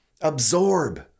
Absorb